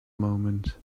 moment